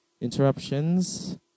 interruptions